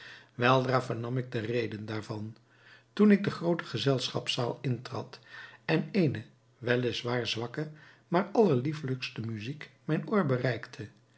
weldra vernam ik de reden daarvan toen ik de groote gezelschapszaal intrad en eene wel is waar zwakke maar allerliefelijkste muziek mijn oor bereikte